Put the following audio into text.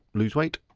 lose weight.